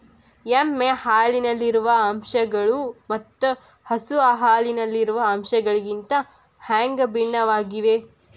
ಎಮ್ಮೆ ಹಾಲಿನಲ್ಲಿರುವ ಅಂಶಗಳು ಮತ್ತ ಹಸು ಹಾಲಿನಲ್ಲಿರುವ ಅಂಶಗಳಿಗಿಂತ ಹ್ಯಾಂಗ ಭಿನ್ನವಾಗಿವೆ?